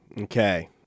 Okay